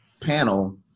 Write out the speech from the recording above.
panel